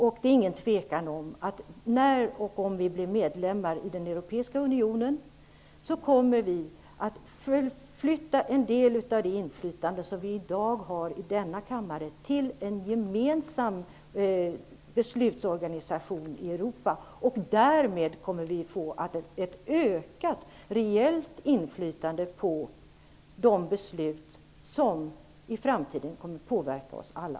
Det råder inget tvivel om att vi, när och om vi blir medlemmar i den europeiska unionen, kommer att förflytta en del av det inflytande som vi i dag har i denna kammare till en gemensam beslutsorganisation i Europa. Därmed kommer vi att få ett ökat reellt inflytande över de beslut som i framtiden kommer att påverka oss alla.